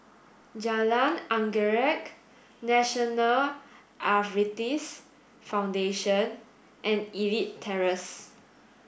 Jalan Anggerek National Arthritis Foundation and Elite Terrace